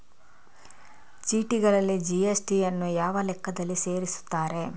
ಚೀಟಿಗಳಲ್ಲಿ ಜಿ.ಎಸ್.ಟಿ ಯನ್ನು ಯಾವ ಲೆಕ್ಕದಲ್ಲಿ ಸೇರಿಸುತ್ತಾರೆ?